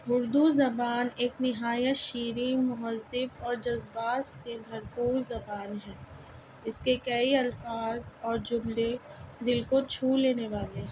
اردو زبان ایک نہایت شیریں مہذب اور جذبات سے بھرپور زبان ہے اس کے کئی الفاظ اور جملے دل کو چھو لینے والے ہیں